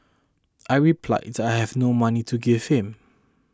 I replied that I had no money to give him